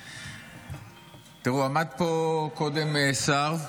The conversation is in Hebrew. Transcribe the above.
ראו, עמד פה קודם שר,